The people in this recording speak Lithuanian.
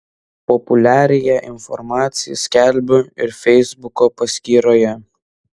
populiariąją informaciją skelbiu ir feisbuko paskyroje